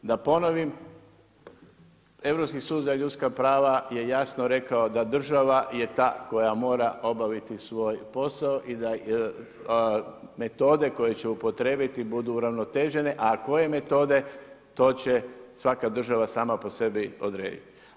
Da ponovim, Europski suda za ljudska prava je jasno rekao, da država je ta koja mora obaviti svoj posao i da metode koje će upotrijebiti budu uravnotežene, a koje metode to će svaka država sama po sebi odrediti.